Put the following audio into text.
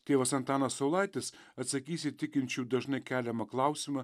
tėvas antanas saulaitis atsakys į tikinčiųjų dažnai keliamą klausimą